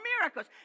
miracles